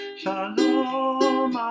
shalom